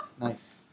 Nice